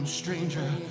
stranger